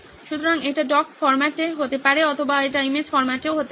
সুতরাং এটি ডক ফরম্যাটে হতে পারে অথবা এটি ইমেজ ফরম্যাটেও হতে পারে